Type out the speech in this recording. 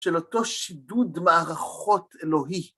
של אותו שידוד מערכות אלוהי.